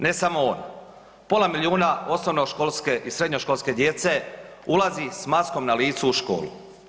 Ne samo on pola milijuna osnovnoškolske i srednjoškolske djece ulazi s maskom na licu u školu.